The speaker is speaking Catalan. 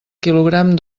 quilogram